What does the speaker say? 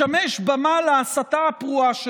לשמש במה להסתה הפרועה שלהם.